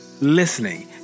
listening